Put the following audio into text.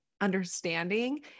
understanding